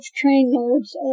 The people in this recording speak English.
trainloads